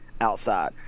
outside